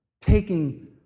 Taking